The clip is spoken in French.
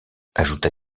ajouta